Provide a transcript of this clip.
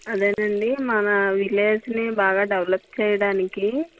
అదేనండి మన విలేజ్ని బాగా డెవలప్ చెయ్యడానికి